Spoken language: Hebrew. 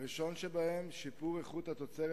הראשון שבהם, שיפור איכות התוצרת